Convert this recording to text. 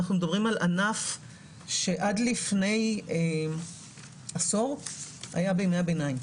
אנחנו מדברים על ענף שעד לפני עשור היה בימי הביניים